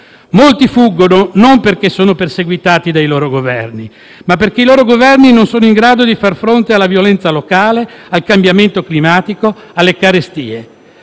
Molti fuggono non perché sono perseguitati dai loro Governi, ma perché i loro Governi non sono in grado di far fronte alla violenza locale, al cambiamento climatico, alle carestie.